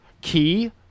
key